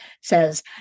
says